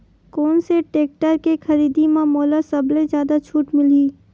कोन से टेक्टर के खरीदी म मोला सबले जादा छुट मिलही?